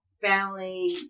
family